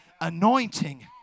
anointing